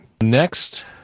Next